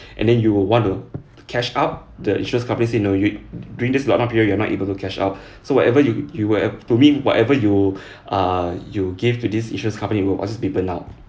and then you will want to catch out the insurance companies you know during this lock down period you're not able to catch out so whatever you you will have to me whatever you err you give to these insurance company will possible be burned out